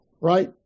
right